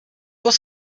was